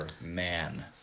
Man